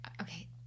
Okay